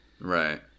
Right